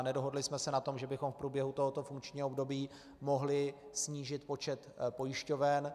Nedohodli jsme se na tom, že bychom v průběhu tohoto funkčního období mohli snížit počet pojišťoven.